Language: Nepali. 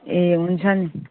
ए हुन्छ नि